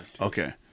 Okay